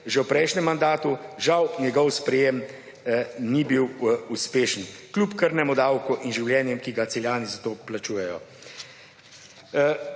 že v prejšnjem mandatu, žal njegovo sprejetje ni bilo uspešno kljub krvnemu davku in življenjem, ki ga Celjani za to plačujejo.